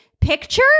picture